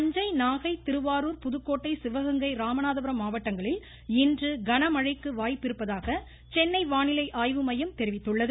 தஞ்சை நாகை திருவாரூர் புதுக்கோட்டை சிவகங்கை ராமநாதபுரம் மாவட்டங்களில் இன்று கனமழைக்கு வாய்ப்பிருப்பதாக சென்னை வானிலை தெரிவித்துள்ளது